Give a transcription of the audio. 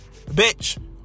bitch